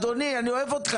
אדוני, אני אוהב אותך.